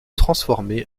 transformé